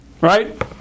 Right